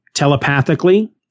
Telepathically